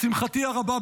לשמחתי הרבה,